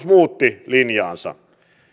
hallitus muutti linjaansa